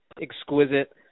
exquisite